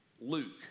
Luke